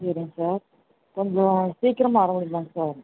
சரிங்க சார் கொஞ்சம் சீக்கிரமாக வர முடியுமா சார்